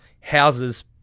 houses